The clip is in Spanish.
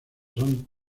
son